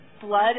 blood